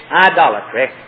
idolatry